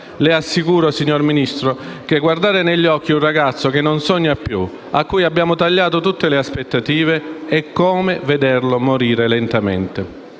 Le assicuro, signor Ministro, che guardare negli occhi un ragazzo che non sogna più, a cui abbiamo tagliato tutte le aspettative, è come vederlo morire lentamente.